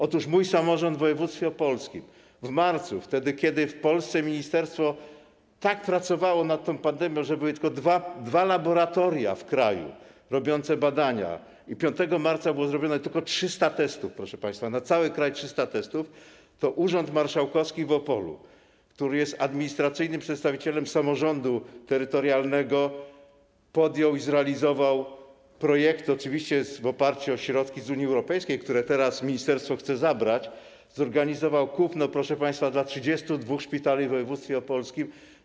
Otóż mój samorząd w województwie opolskim w marcu, wtedy kiedy w Polsce ministerstwo tak pracowało nad tą pandemią, że były tylko dwa laboratoria w kraju robiące badania i 5 marca było zrobionych tylko 300 testów, proszę państwa, na cały kraj 300 testów, to urząd marszałkowski w Opolu, który jest administracyjnym przedstawicielem samorządu terytorialnego, podjął i zrealizował projekty, oczywiście w oparciu o środki z Unii Europejskiej, które teraz ministerstwo chce zabrać, zorganizował kupno 79 respiratorów dla 32 szpitali w województwie opolskim.